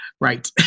Right